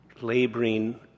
laboring